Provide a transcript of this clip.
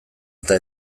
eta